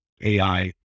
AI